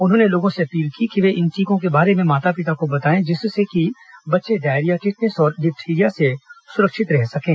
उन्होंने लोगों से अपील की कि वे इन टीकों के बारे में माता पिता को बताएं जिससे कि बच्चे डायरिया टिटनेस और डिथ्थिरिया से सुरक्षित रहें